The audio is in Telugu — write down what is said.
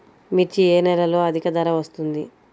మిర్చి ఏ నెలలో అధిక ధర వస్తుంది?